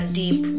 deep